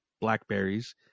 blackberries